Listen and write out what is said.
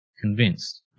convinced